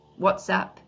whatsapp